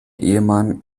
ehemann